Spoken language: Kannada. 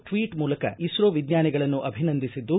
ಟ್ವೀಟ್ ಮೂಲಕ ಇಸ್ತೋ ವಿಜ್ವಾನಿಗಳನ್ನು ಅಭಿನಂದಿಸಿದ್ದು